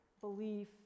belief